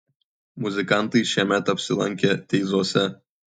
muzikantai šiemet apsilankė teizuose